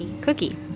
cookie